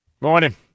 Morning